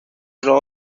راه